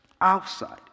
outside